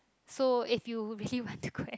so if you would really want to go and